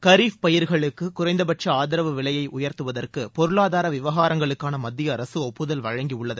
கரீஃப் பயிர்களுக்கு குறைந்தபட்ச ஆதரவு விலையை உயர்த்துவதற்கு பொருளாதார விவகாரங்களுக்கான மத்தியஅரசு ஒப்புதல் வழங்கியுள்ளது